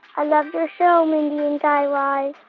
i love your show, mindy and guy raz.